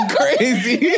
crazy